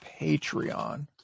Patreon